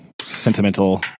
sentimental